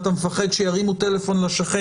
אתה מפחד שירימו טלפון לשכן,